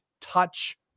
touch